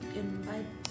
invite